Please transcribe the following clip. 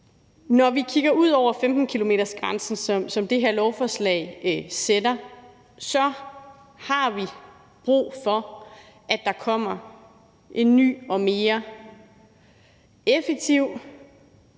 Når vi kigger ud over 15-kilometersgrænsen, som det her lovforslag sætter, så har vi brug for, at der kommer en ny og mere effektiv